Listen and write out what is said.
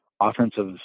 offensive